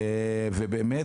אתה רואה?